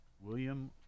William